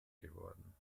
geworden